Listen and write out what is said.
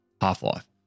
Half-Life